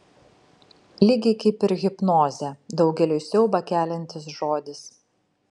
lygiai kaip ir hipnozė daugeliui siaubą keliantis žodis